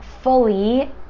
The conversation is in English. fully